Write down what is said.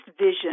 vision